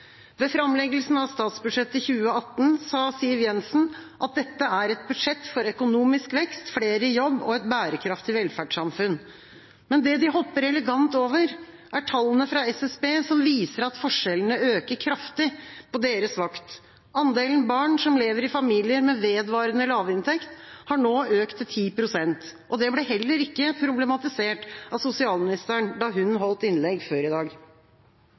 Ved framleggelsen av statsbudsjettet for 2018 sa Siv Jensen at dette «er et budsjett for økonomisk vekst, flere i jobb og et bærekraftig velferdssamfunn». Det de hopper elegant over, er tallene fra SSB, som viser at forskjellene øker kraftig på deres vakt. Andelen barn som lever i familier med vedvarende lav inntekt, har nå økt til 10 pst. Det ble heller ikke problematisert av sosialministeren da hun holdt innlegg før i dag.